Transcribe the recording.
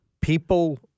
People